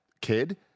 kid